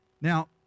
Now